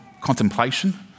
contemplation